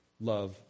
love